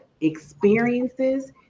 experiences